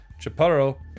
Chaparro